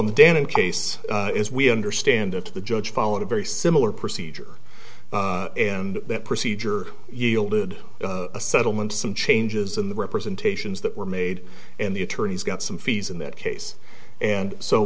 danon case as we understand it to the judge followed a very similar procedure and that procedure yielded a settlement some changes in the representations that were made and the attorneys got some fees in that case and so